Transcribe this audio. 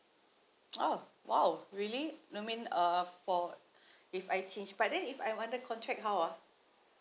oh !wow! really you mean uh for if I change but then if I under contract how ah